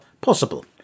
possible